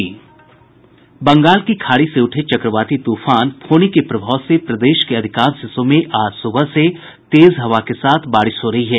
बंगाल की खाड़ी से उठे चक्रवाती तूफान फोनी के प्रभाव से प्रदेश के अधिकांश हिस्सों में आज सुबह से तेज हवा के साथ बारिश हो रही है